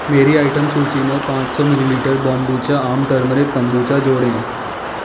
मेरी आइटम सूचि में पाँच सौ मिलीलीटर बोम्बुचा आम टर्मेरिक कम्बुचा जोड़ें